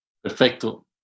Perfecto